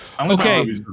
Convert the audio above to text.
Okay